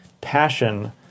passion